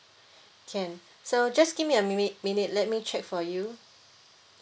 can so just give me a mi~ minute let me check for you